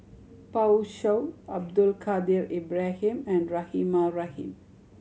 Pan Shou Abdul Kadir Ibrahim and Rahimah Rahim